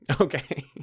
Okay